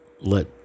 Let